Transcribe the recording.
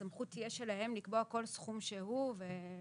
הסמכות תהיה שלהם לקבוע כל סכום שהוא לוועדה.